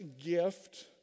gift